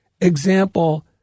example